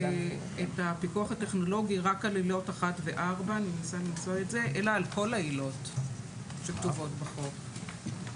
את הפיקוח הטכנולוגי רק על עילות 1 ו-4 אלא על כל העילות שכתובות בחוק.